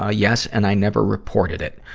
ah yes, and i never reported it.